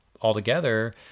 altogether